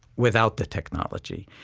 without the technology.